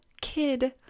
kid